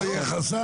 זה לא יהיה חסם?